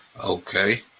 Okay